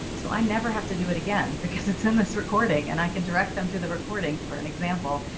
so i never have to do it again because it's in this recording and i can direct them to the recording. for an example.